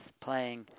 playing